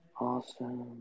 Awesome